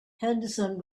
henderson